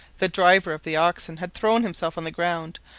the driver of the oxen had thrown himself on the ground,